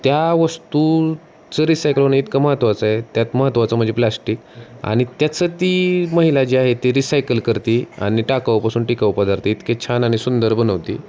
त्या वस्तूचं रिसायकल होणं इतकं महत्त्वाचं आहे त्यात महत्त्वाचं म्हणजे प्लॅस्टिक आणि त्याचं ती महिला जी आहे ती रिसायकल करते आणि टाकाऊपासून टिकाऊ पदार्थ ती इतके छान आणि सुंदर बनवते